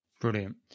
Brilliant